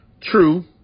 True